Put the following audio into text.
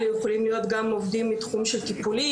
אלא יכולים להיות גם עובדים מתחום טיפולי,